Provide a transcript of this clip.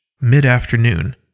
Mid-afternoon